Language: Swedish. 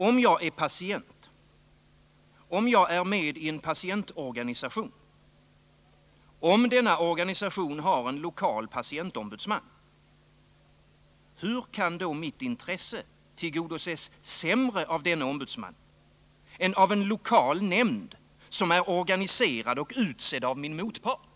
Om jag är patient, om jag är med i en patientorganisation, om denna organisation har en lokal patientombudsman — hur kan mitt intresse då tillgodoses sämre av denne ombudsman än av en lokal nämnd, som är organiserad och utsedd av min motpart?